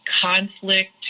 conflict